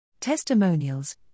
Testimonials